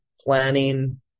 planning